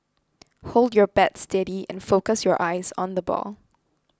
hold your bat steady and focus your eyes on the ball